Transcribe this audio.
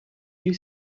you